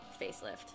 facelift